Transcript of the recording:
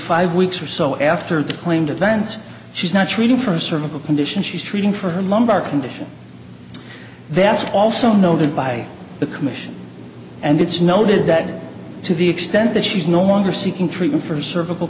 five weeks or so after the claimed events she's not treated for a cervical condition she's treating for her lumbar condition that's also noted by the commission and it's noted that to the extent that she's no longer seeking treatment for cervical